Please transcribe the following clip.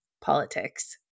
politics